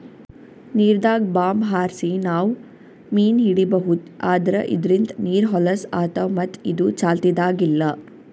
ನೀರ್ದಾಗ್ bomb ಹಾರ್ಸಿ ನಾವ್ ಮೀನ್ ಹಿಡೀಬಹುದ್ ಆದ್ರ ಇದ್ರಿಂದ್ ನೀರ್ ಹೊಲಸ್ ಆತವ್ ಮತ್ತ್ ಇದು ಚಾಲ್ತಿದಾಗ್ ಇಲ್ಲಾ